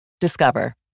Discover